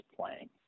playing